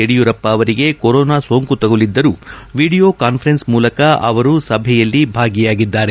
ಯಡಿಯೂರಪ್ಪ ಅವರಿಗೆ ಕೊರೋನಾ ಸೋಂಕು ತಗುಲಿದ್ದರೂ ವೀಡಿಯೋ ಕಾನ್ವೆರೆನ್ಸ್ ಮೂಲಕ ಅವರು ಸಭೆಯಲ್ಲಿ ಭಾಗಿಯಾಗಿದ್ದಾರೆ